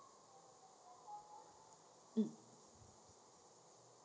um